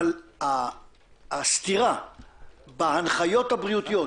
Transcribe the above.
אבל הסטירה בהנחיות הבריאותיות,